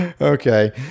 Okay